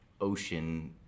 ocean